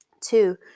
Two